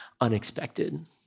unexpected